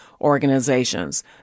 organizations